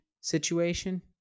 situation